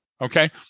Okay